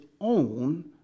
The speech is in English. own